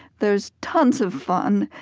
there's tons of fun.